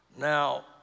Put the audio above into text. Now